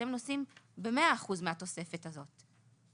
אתם נושאים ב-100% מהתוספת הזאת?